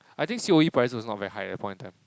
I think c_o_e prices was not very high at that point of time